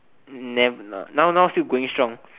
never no now now still going strong